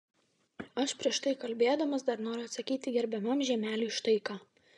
aš prieš tai kalbėdamas dar noriu atsakyti gerbiamam žiemeliui štai ką